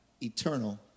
eternal